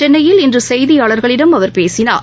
சென்னையில் இன்றுசெய்தியாளர்களிடம் அவர் பேசினார்